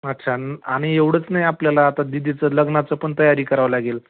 अच्छा न् आणि एवढंच नाही आपल्याला आता दीदीचं लग्नाचं पण तयारी करावं लागेल